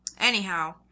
Anyhow